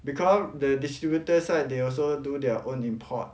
because the distributor side they also do their own import